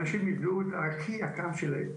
אנשים איבדו את הכי יקר להם,